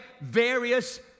various